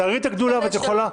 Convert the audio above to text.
תראי את הגדולה ואת יכולה.